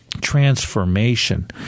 transformation